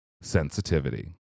sensitivity